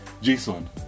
Jason